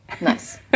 nice